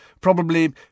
Probably